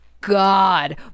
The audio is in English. god